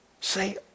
Say